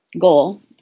goal